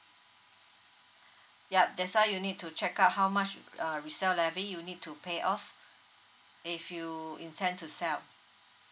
yup that's why you need to check out how much uh resell levy you need to pay off if you intend to sell